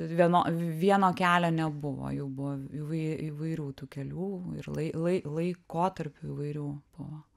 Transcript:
vieno vieno kelio nebuvo jų buvo įvai įvairių tų kelių ir lai lai laikotarpių įvairių buvo